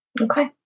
Okay